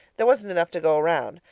there wasn't enough to go round,